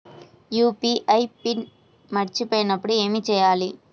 UPI PIN మరచిపోయినప్పుడు ఏమి చేయాలి?